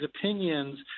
opinions